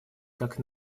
как